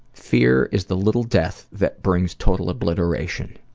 fear is the little death that brings total obliteration.